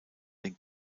den